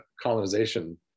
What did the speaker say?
colonization